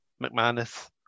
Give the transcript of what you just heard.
McManus